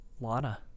Lana